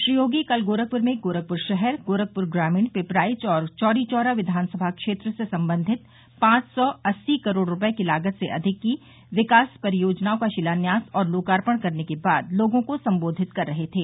श्री योगी कल गोरखपुर में गोरखपुर शहर गोरखपुर ग्रामीण पिपराइच और चौरी चौरा विधानसभा क्षेत्र से संबंधित पांच सौ अस्सी करोड़ रूपये लागत से अधिक की विकास परियोजनाओं का शिलान्यास और लोकार्पण करने के बाद लोगों को सम्बोधित कर रहे थे